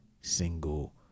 single